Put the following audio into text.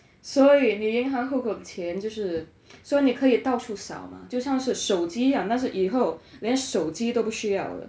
所以你银行户口的钱就是 so 你可以到处扫 mah 就像是手机 ah 那是以后连手机都不需要了